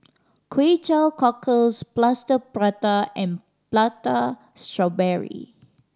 Kway Teow Cockles Plaster Prata and Prata Strawberry